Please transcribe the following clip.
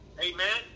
amen